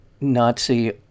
Nazi